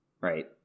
right